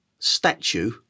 statue